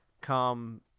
come